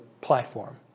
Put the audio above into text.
platform